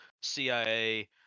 CIA